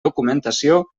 documentació